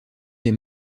des